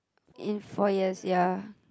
in four years ya